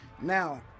Now